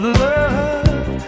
love